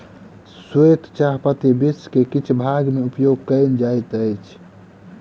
श्वेत चाह पत्ती विश्व के किछ भाग में उपयोग कयल जाइत अछि